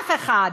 אף אחד.